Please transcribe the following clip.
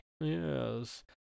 Yes